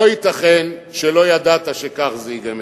לא ייתכן שלא ידעת שכך זה ייגמר.